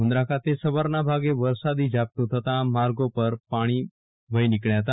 મુન્દ્રા ખાતે સવારના ભાગમાં વરસાદી ઝાપટું થતાં માર્ગે પરથી પાણી વઠ્ઠી નીકબ્યા હતા